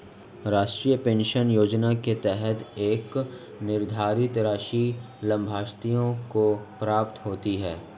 राष्ट्रीय पेंशन योजना के तहत एक निर्धारित राशि लाभार्थियों को प्राप्त होती है